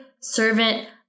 servant